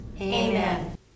Amen